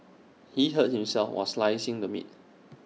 he hurt himself while slicing the meat